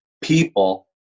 people